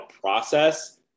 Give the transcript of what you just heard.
process